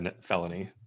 felony